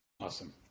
Awesome